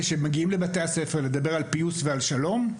אלה שמגיעים לבתי הספר על מנת לדבר על פיוס ועל שלום,